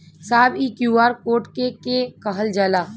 साहब इ QR code के के कहल जाला?